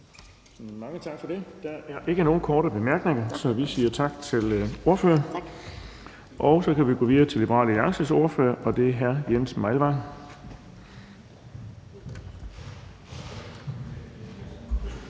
Mange tak for det. Der er ikke nogen korte bemærkninger, så vi siger tak til ordføreren. Og så kan vi gå videre til Liberal Alliances ordfører, og det er hr. Jens Meilvang.